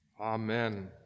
Amen